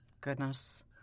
Goodness